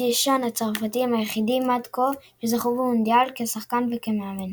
דשאן הצרפתי הם היחידים עד כה שזכו במונדיאל כשחקן וכמאמן.